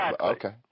Okay